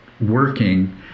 working